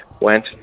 went